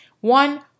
One